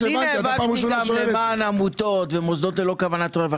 אבל אני נאבקתי גם למען עמותות ומוסדות ללא כוונת רווח,